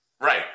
right